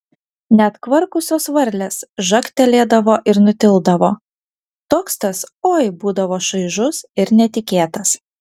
net kvarkusios varlės žagtelėdavo ir nutildavo toks tas oi būdavo šaižus ir netikėtas